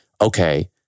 Okay